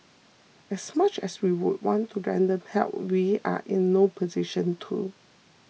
as much as we would want to render help we are in no position to